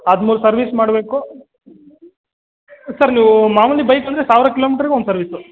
ಹದಿಮೂರು ಸರ್ವಿಸ್ ಮಾಡಬೇಕು ಸರ್ ನೀವೂ ಮಾಮೂಲಿ ಬೈಕ್ ಅಂದರೆ ಸಾವಿರ ಕಿಲೋಮೀಟ್ರಿಗೆ ಒನ್ ಸರ್ವಿಸ್ಸು